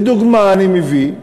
לדוגמה אני מביא,